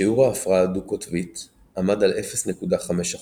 שיעור ההפרעה הדו-קוטבית עמד על 0.5%